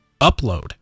upload